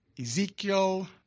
Ezekiel